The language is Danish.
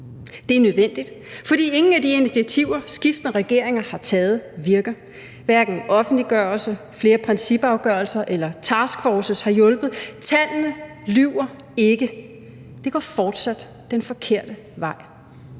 Det er nødvendigt, for ingen af de initiativer, skiftende regeringer har taget, virker. Hverken offentliggørelse, flere principafgørelser eller taskforces har hjulpet. Tallene lyver ikke. Det går fortsat den forkerte vej.